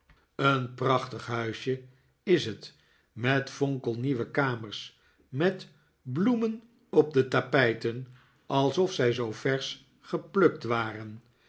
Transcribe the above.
een prachtig huisje is het met fonkelnieuwe kamers met bloemen op de tapijten alsof zij zoo versch geplukt waren